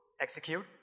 execute